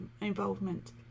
involvement